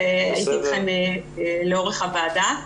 אבל הייתי איתכם לאורך הוועדה.